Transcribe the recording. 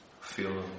feel